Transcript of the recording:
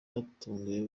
kwatumye